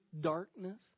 darkness